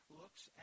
looks